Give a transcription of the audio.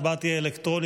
ההצבעה תהיה אלקטרונית.